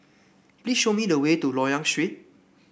please show me the way to Loyang Street